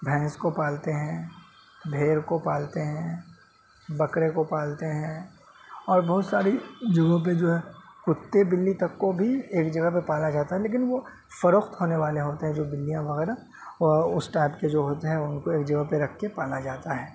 بھینس کو پالتے ہیں بھیڑ کو پالتے ہیں بکرے کو پالتے ہیں اور بہت ساری جگہوں پہ جو ہے کتے بلی تک کو بھی ایک جگہ پہ پالا جاتا ہے لیکن وہ فروخت ہونے والے ہوتے ہیں جو بلیاں وغیرہ وہ اس ٹائپ کے جو ہوتے ہیں ان کو ایک جگہ پہ رکھ کے پالا جاتا ہے